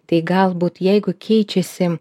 tai galbūt jeigu keičiasi